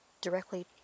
directly